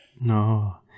no